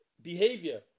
behavior